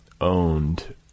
owned